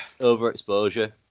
Overexposure